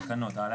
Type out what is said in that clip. התקנות.